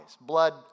blood